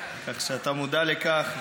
כך שאתה מודע לכך,